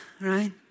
right